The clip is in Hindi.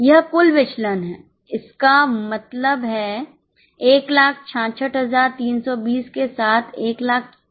यह कुल विचलन है इसका मतलब है 166320 के साथ 168000